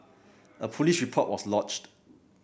a police report was lodged